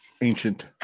ancient